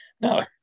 No